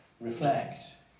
Reflect